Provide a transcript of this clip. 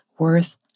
worth